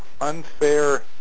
Unfair